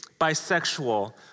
bisexual